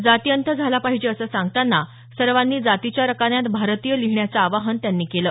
जातीअंत झाला पाहिजे असं सांगताना सर्वांनी जातीच्या रकान्यात भारतीय लिहिण्याचं आवाहन त्यांनी केलं